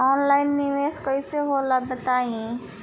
Online निवेस कइसे होला बताईं?